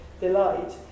delight